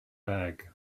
bag